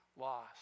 lost